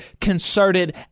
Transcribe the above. concerted